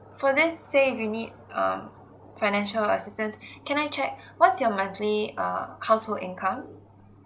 for let's say you need um financial assistance can I check what's your monthly err household income